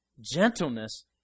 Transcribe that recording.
Gentleness